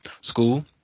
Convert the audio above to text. school